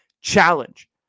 Challenge